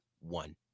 one